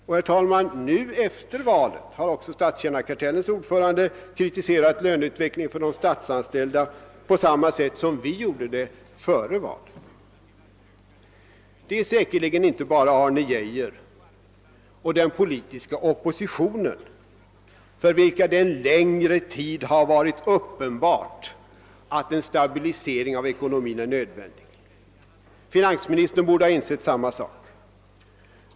Och, herr talman, nu efter valet har också ordföranden i Statsanställdas förbund kritiserat löneutvecklingen för de statsanställda på samma sätt som vi gjorde före valet. Det är säkerligen inte bara för Arne Geijer och den politiska oppositionen som det en längre tid har varit uppenbart att en stabilisering av ekonomin är nödvändig. Finansministern borde ha insett samma sak.